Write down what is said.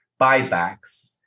buybacks